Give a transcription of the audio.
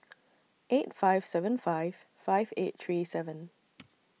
eight five seven five five eight three seven